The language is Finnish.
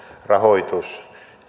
rahoitus